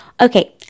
okay